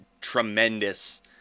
tremendous